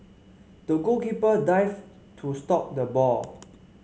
the goalkeeper dived to stop the ball